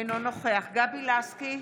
אינו נוכח גבי לסקי,